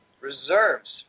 reserves